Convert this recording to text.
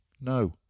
No